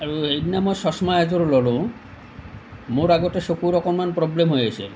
আৰু সেইদিনা মই চশমা এযোৰ ল'লো মোৰ আগতে চকুৰ অকণমান প্ৰব্লেম হৈ আছিল